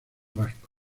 vasco